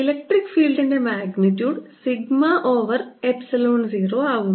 electric ഫീൽഡിൻറെ magnitude sigma over epsilon 0 ആകുന്നു